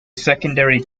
secondary